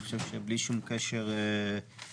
אני חושב שבלי שום קשר לנסיבות,